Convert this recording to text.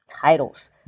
titles